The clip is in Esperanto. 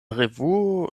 revuo